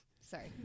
Sorry